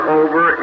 over